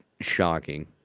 Shocking